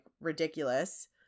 ridiculous